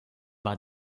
war